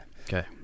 okay